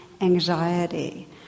anxiety